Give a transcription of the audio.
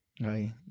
Right